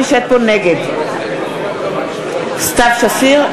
נגד סתיו שפיר,